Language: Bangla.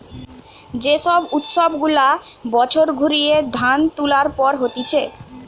যে সব উৎসব গুলা বছর ঘুরিয়ে ধান তুলার পর হতিছে